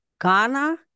Ghana